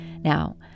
Now